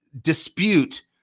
dispute